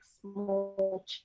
small